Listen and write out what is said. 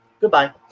Goodbye